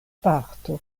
parto